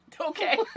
Okay